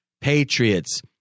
Patriots